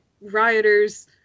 rioters